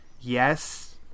yes